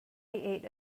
ate